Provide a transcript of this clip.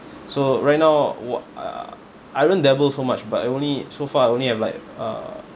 so right now wha~ uh I don't dabble so much but I only so far I only have like uh